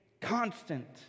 constant